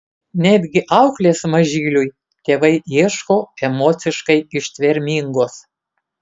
netgi auklės mažyliui tėvai ieško emociškai ištvermingos